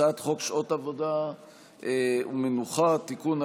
הצעת חוק שעות עבודה ומנוחה (תיקון,